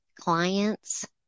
clients